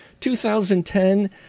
2010